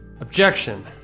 Objection